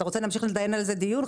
אתה רוצה להמשיך לנהל על זה דיון?